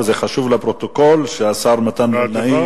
זה חשוב לפרוטוקול שהשר מתן וילנאי,